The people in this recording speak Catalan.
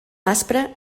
aspra